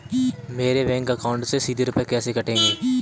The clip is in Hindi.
मेरे बैंक अकाउंट से सीधे रुपए कैसे कटेंगे?